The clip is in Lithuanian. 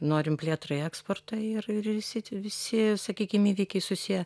norim plėtrai eksportai ir ir visi ti visi sakykim įvykiai susiję